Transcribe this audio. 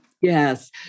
yes